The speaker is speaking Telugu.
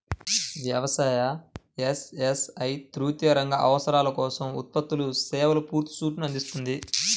వ్యవసాయ, ఎస్.ఎస్.ఐ తృతీయ రంగ అవసరాల కోసం ఉత్పత్తులు, సేవల పూర్తి సూట్ను అందిస్తుంది